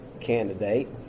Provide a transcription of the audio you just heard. candidate